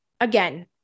again